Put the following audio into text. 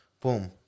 boom